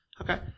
Okay